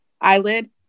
eyelid